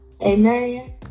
Amen